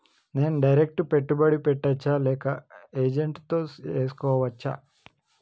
నేను డైరెక్ట్ పెట్టుబడి పెట్టచ్చా లేక ఏజెంట్ తో చేస్కోవచ్చా?